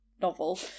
novel